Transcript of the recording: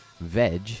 veg